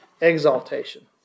exaltation